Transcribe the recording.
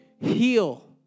heal